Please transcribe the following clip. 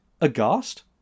aghast